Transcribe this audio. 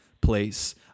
place